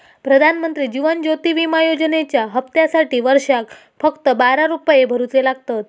प्रधानमंत्री जीवन ज्योति विमा योजनेच्या हप्त्यासाटी वर्षाक फक्त बारा रुपये भरुचे लागतत